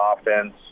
offense